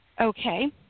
Okay